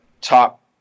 top